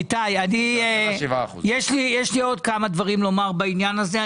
יש לי עוד כמה דברים לומר בעניין הזה.